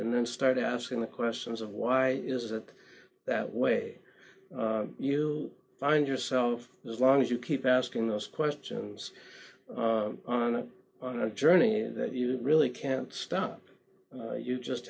and then start asking the questions of why is it that way you find yourself as long as you keep asking those questions on a on a journey that you really can't stop you just